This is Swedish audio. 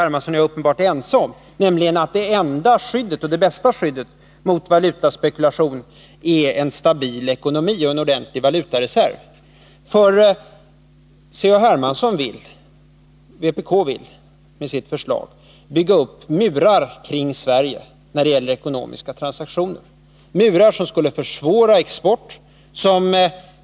Hermansson och jag uppenbarligen är ense om, nämligen att det enda skyddet mot valutaspekulation är en stabil ekonomi och en ordentlig valutareserv. Kommunisterna vill med sitt förslag bygga upp murar kring Sverige när det gäller ekonomiska transaktioner. Dessa murar skulle försvåra exporten.